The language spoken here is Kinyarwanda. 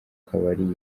kabari